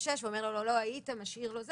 ב-18:00 ואומר לו: לא היית ומשאיר לו.